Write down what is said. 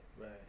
Right